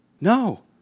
no